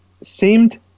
seemed